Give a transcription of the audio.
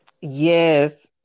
yes